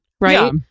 right